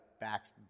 backs